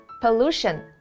pollution